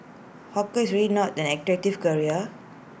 hawker is already not an attractive career